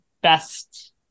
best